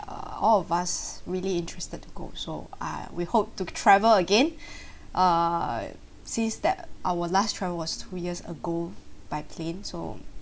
uh all of us really interested to go so ah we hope to travel again err since that our last travel was two years ago by plane so